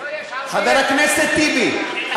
חבר הכנסת טיבי,